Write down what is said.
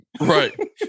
right